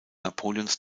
napoleons